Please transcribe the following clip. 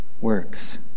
works